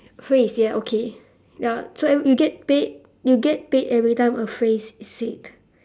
phrase ya okay ya so every you get paid you get paid every time a phrase is said